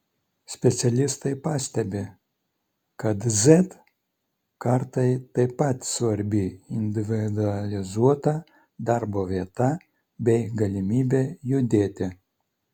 specialistai pastebi kad z kartai taip pat svarbi individualizuota darbo vieta bei galimybė judėti